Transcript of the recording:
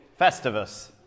Festivus